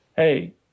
Hey